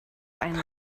einen